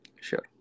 Sure